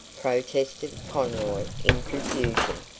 protested conroy in confusion.